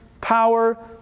Power